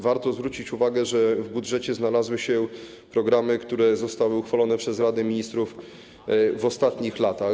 Warto zwrócić uwagę, że w budżecie znalazły się programy, które zostały uchwalone przez Radę Ministrów w ostatnich latach.